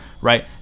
right